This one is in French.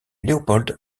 leopold